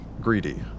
greedy